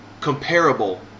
comparable